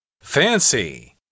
Fancy